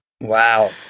Wow